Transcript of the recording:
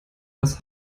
das